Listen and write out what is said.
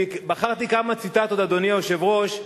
אני בחרתי כמה ציטטות, אדוני היושב-ראש.